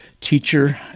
teacher